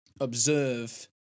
observe